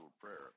prayer